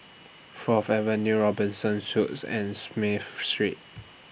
Fourth Avenue Robinson Suites and Smith Street